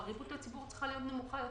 אז הריבית לציבור צריכה להיות נמוכה יותר,